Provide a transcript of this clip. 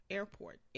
Airport